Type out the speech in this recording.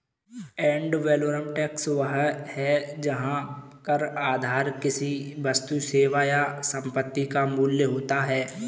add valorem tax वह है जहां कर आधार किसी वस्तु, सेवा या संपत्ति का मूल्य होता है